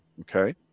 Okay